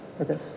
Okay